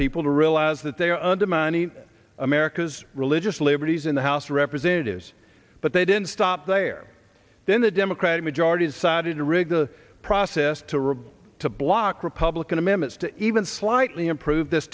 people to realize that they are undermining america's religious liberties in the house of representatives but they didn't stop there then the democratic majority decided to rig the process to rip to block republican amendments to even slightly improve this